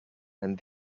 and